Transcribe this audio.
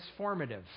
transformative